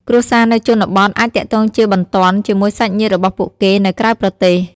គ្រួសារនៅជនបទអាចទាក់ទងជាបន្ទាន់ជាមួយសាច់ញាតិរបស់ពួកគេនៅក្រៅប្រទេស។